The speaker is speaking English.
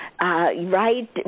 right